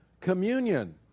Communion